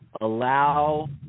allow